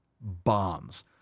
bombs